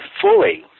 fully